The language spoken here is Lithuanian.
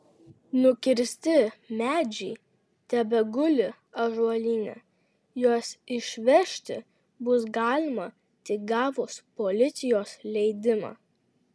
nukirsti medžiai tebeguli ąžuolyne juos išvežti bus galima tik gavus policijos leidimą